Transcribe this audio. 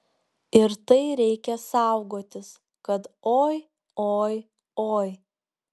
ir tai reikia saugotis kad oi oi oi